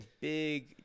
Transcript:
big